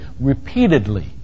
repeatedly